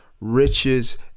riches